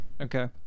Okay